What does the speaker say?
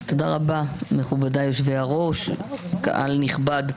תודה רבה, מכובדיי יושבי הראש, קהל נכבד.